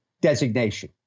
designation